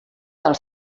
del